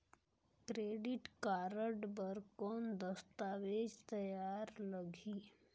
Credit card बर कौन दस्तावेज तैयार लगही?